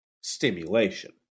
stimulation